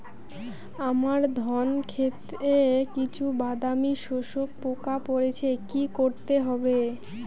আমার ধন খেতে কিছু বাদামী শোষক পোকা পড়েছে কি করতে হবে?